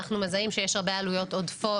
אנחנו מזהים שיש הרבה עלויות עודפות.